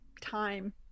time